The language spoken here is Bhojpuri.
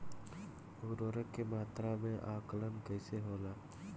उर्वरक के मात्रा में आकलन कईसे होला?